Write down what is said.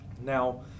now